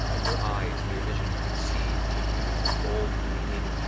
ah in your eyes, in your vision you can see the beautiful gold, gleaming,